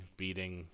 beating